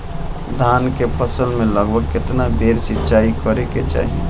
धान के फसल मे लगभग केतना बेर सिचाई करे के चाही?